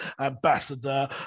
ambassador